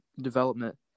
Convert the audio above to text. development